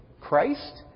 Christ